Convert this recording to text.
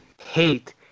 hate